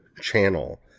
channel